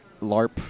LARP